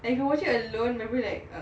then watching alone probably like uh